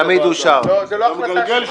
ההחלטה התקבלה.